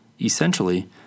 Essentially